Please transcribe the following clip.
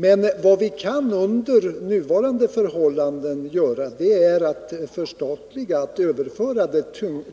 Men vad vi under nuvarande förhållanden kan göra är att överföra den